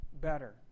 better